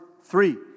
three